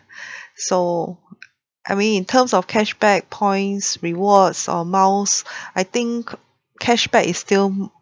so I mean in terms of cashback points rewards or miles I think cashback is still